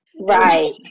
right